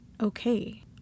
okay